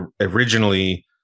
originally